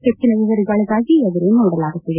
ಹೆಚ್ಚಿನ ವಿವರಗಳಿಗಾಗಿ ಎದುರು ನೋಡಲಾಗುತ್ತಿದೆ